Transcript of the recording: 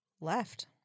left